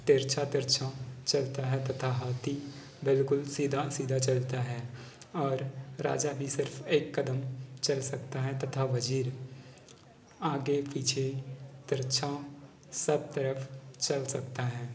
तिरछा तिरछा चलता है तथा हाथी बिल्कुल सीधा सीधा चलता है और राजा भी सिर्फ़ एक कदम चल सकता है तथा वज़ीर आगे पीछे तिरछा सब तरफ़ चल सकता है